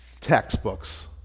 textbooks